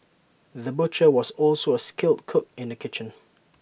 the butcher was also A skilled cook in the kitchen